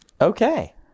Okay